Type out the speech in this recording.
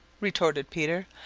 retorted peter.